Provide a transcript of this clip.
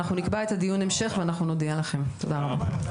אנחנו נקבע את דיון ההמשך ואנחנו נודיע לכם על מועד